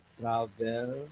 travel